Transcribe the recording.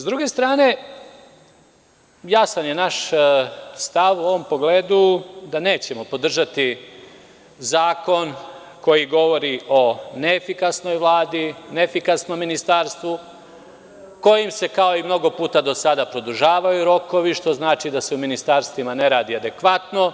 Sa druge strane, jasan je naš stav u ovom pogledu da nećemo podržati zakon koji govori o neefikasnoj Vladi, neefikasnom Ministarstvu, kojim se kao i mnogo puta do sada produžavaju rokovi, što znači da se u ministarstvima ne radi adekvatno,